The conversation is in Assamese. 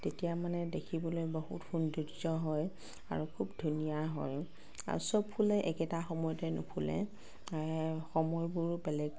তেতিয়া মানে দেখিবলৈ বহুত সৌন্দৰ্য হয় আৰু খুব ধুনীয়া হয় আৰু সব ফুলেই একেটা সময়তে নুফুলে সময়বোৰ বেলেগ